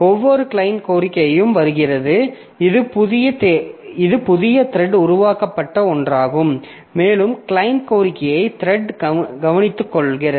ஒவ்வொரு கிளையன்ட் கோரிக்கையும் வருகிறது இது புதிய த்ரெட் உருவாக்கப்பட்ட ஒன்றாகும் மேலும் கிளையன்ட் கோரிக்கையை த்ரெட் கவனித்துக்கொள்கிறது